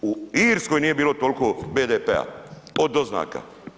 U Irskoj nije bilo toliko BDP-a od doznaka.